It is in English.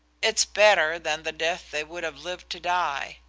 it's better than the death they would have lived to die.